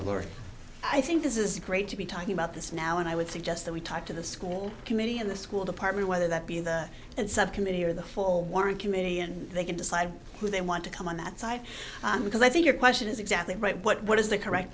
alert i think this is great to be talking about this now and i would suggest that we talk to the school committee in the school department whether that be the subcommittee or the forewarning committee and they can decide who they want to come on that side on because i think your question is exactly right what is the correct